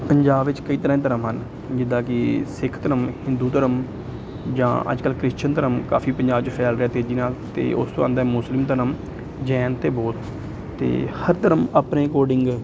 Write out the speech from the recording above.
ਪੰਜਾਬ ਵਿੱਚ ਕਈ ਤਰ੍ਹਾਂ ਦੇ ਧਰਮ ਹਨ ਜਿੱਦਾਂ ਕਿ ਸਿੱਖ ਧਰਮ ਹਿੰਦੂ ਧਰਮ ਜਾਂ ਅੱਜ ਕੱਲ੍ਹ ਕ੍ਰਿਸ਼ਚਨ ਧਰਮ ਕਾਫੀ ਪੰਜਾਬ 'ਚ ਫੈਲ ਰਿਹਾ ਤੇਜ਼ੀ ਨਾਲ ਅਤੇ ਉਸ ਤੋਂ ਬਾਅਦ ਆਉਂਦਾ ਮੁਸਲਿਮ ਧਰਮ ਜੈਨ ਅਤੇ ਬੋਧ ਅਤੇ ਹਰ ਧਰਮ ਆਪਣੇ ਅਕੋਰਡਿੰਗ